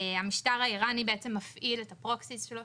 המשטר האיראני מפעיל את הפרוקסיז שלו,